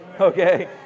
Okay